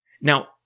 Now